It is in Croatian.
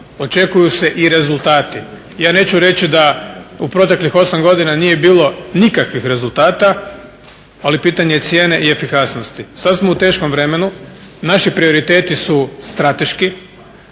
očekuju se i rezultati. Ja neću reći da u proteklih 8 godina nije bilo nikakvih rezultata, ali pitanje je cijene i efikasnosti. Sada smo u teškom vremenu, naši prioriteti su strateški,